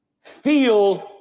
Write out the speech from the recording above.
feel